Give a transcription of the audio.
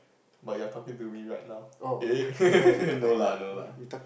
but you are talking to me right now eh no lah no lah